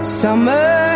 summer